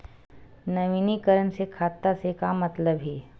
नवीनीकरण से खाता से का मतलब हे?